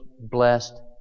blessed